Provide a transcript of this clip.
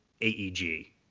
AEG